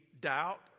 doubt